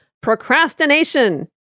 Procrastination